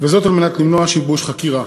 וזאת על מנת למנוע שיבוש חקירה.